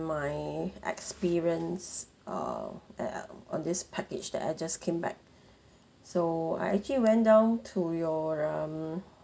my experience uh at uh on this package that I just came back so I actually went down to your um